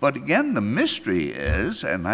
but again the mystery is and i